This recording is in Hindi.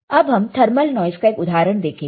अब हम थर्मल नॉइस का एक उदाहरण देखेंगे